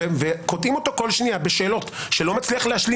וקוטעים אותו כל שנייה בשאלות והוא לא מצליח להשלים